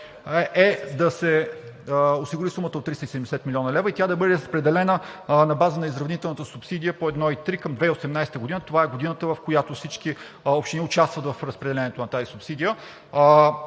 е да се осигури сумата от 370 млн. лв. и тя да бъде разпределена на база на изравнителната субсидия по 1,3 към 2018 г. Това е годината, в която всички общини участват в разпределението на тази субсидия.